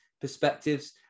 perspectives